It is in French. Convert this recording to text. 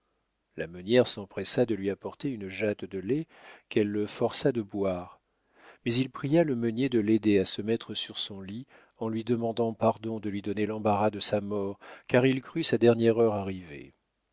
la meunière s'empressa de lui apporter une jatte de lait qu'elle le força de boire mais il pria le meunier de l'aider à se mettre sur son lit en lui demandant pardon de lui donner l'embarras de sa mort car il crut sa dernière heure